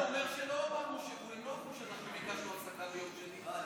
הם לא אמרו שביקשנו הפסקה ביום שני.